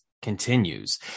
continues